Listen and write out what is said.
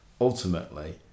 ultimately